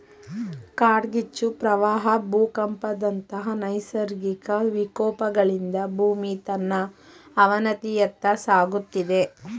ಕಾಡ್ಗಿಚ್ಚು, ಪ್ರವಾಹ ಭೂಕಂಪದಂತ ನೈಸರ್ಗಿಕ ವಿಕೋಪಗಳಿಂದ ಭೂಮಿ ತನ್ನ ಅವನತಿಯತ್ತ ಸಾಗುತ್ತಿದೆ